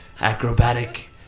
acrobatic